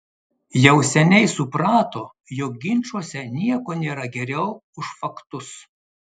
jau seniai suprato jog ginčuose nieko nėra geriau už faktus